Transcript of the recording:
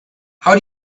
how